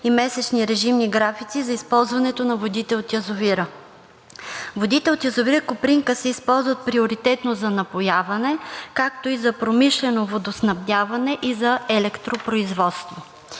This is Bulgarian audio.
и месечни режимни графици за използването на водите от язовира. Водите от язовир „Копринка“ се използват приоритетно за напояване, както и за промишлено водоснабдяване и за електропроизводство.